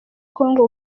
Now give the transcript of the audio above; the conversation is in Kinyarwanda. kongo